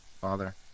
Father